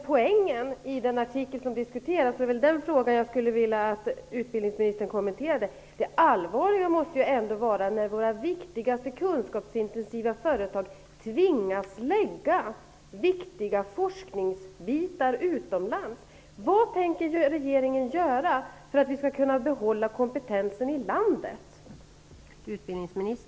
Poängen i den artikel som diskuteras är det som jag vill att utbildningsministern kommenterar, nämligen att det allvarliga ändå måste vara att våra mest kunskapsintensiva företag tvingas lägga viktig forskning utomlands. Vad tänker regeringen göra för att se till att vi behåller kompetensen i landet?